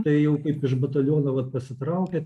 tai jau kaip iš bataliono vat pasitraukė